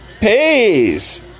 pays